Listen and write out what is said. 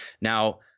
Now